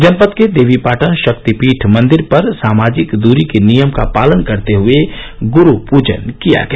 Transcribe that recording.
जनपद के देवीपाटन शक्तिपीठ मंदिर पर सामाजिक दूरी के नियम का पालन करते हुए गुरु पूजन किया गया